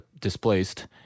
displaced